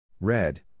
Red